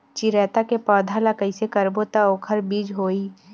चिरैता के पौधा ल कइसे करबो त ओखर बीज होई?